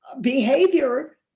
behavior